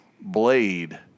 blade